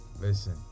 Listen